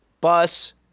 bus